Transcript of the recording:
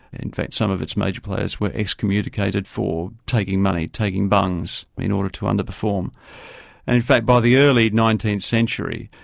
in fact some of its major players were excommunicated for taking money, taking bungs, in order to under-perform. and in fact by the early nineteenth century,